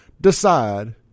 decide